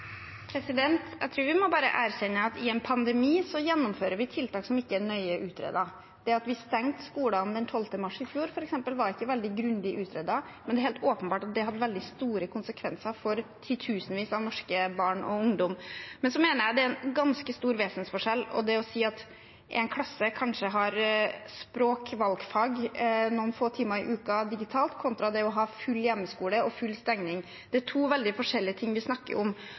Jeg tror vi bare må erkjenne at i en pandemi gjennomfører vi tiltak som ikke er nøye utredet. Det at vi stengte skolene den 12. mars i fjor, f.eks., var ikke veldig grundig utredet, men det er helt åpenbart at det hadde veldig store konsekvenser for titusenvis av norske barn og ungdommer. Jeg mener det er en ganske stor vesensforskjell på om en klasse kanskje har språk valgfag noen timer i uken digitalt og full hjemmeskole og full stenging. Det er to veldig forskjellige ting vi snakker om.